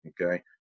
okay